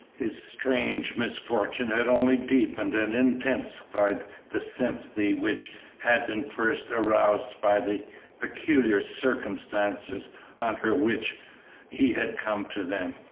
his strange misfortune had only deepened and intensified the sympathy which had been first aroused by the peculiar circumstances under which he had come to them.